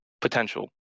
potential